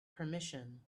permission